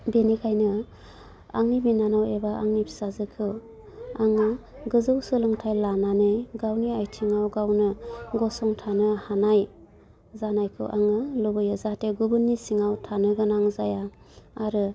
बेनिखायनो आंनि बिनानाव एबा आंनि फिसाजोखौ आङो गोजौ सोलोंथाइ लानानै गावनि आयथिंआव गावनो गसंथानो हानाय जानायखौ आङो लुबैयो जाहाते गुबुननि सिङाव थानो गोनां जाया आरो